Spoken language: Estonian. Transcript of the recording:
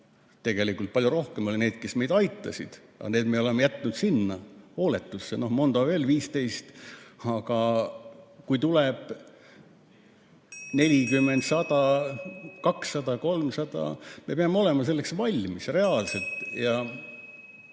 tegelikult palju rohkem oli neid, kes meid aitasid. Aga need me oleme jätnud sinna hooletusse. Mondo kaudu veel 15. Aga kui tuleb 40, 100, 200 või 300 – me peame olema selleks valmis reaalselt.